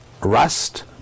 rust